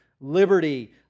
liberty